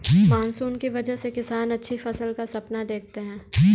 monsoon की वजह से किसान अच्छी फसल का सपना देखते हैं